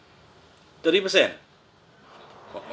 thirty percent